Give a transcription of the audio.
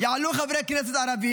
מה יש לכם לעשות שם?